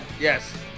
Yes